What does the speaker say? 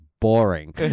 boring